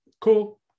cool